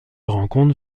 rencontre